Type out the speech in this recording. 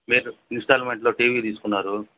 మీరు ఇన్స్టాల్మెంట్లో టీవీ తీసుకున్నారు